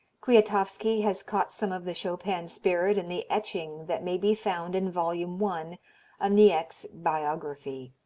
kwiatowski has caught some of the chopin spirit in the etching that may be found in volume one of niecks' biography.